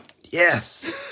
Yes